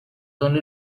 only